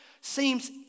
seems